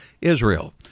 Israel